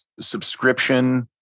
subscription